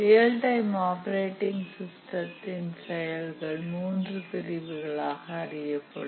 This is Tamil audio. ரியல் டைம் ஆப்பரேட்டிங் சிஸ்டத்தில் செயல்கள் 3 பிரிவுகளாக அறியப்படும்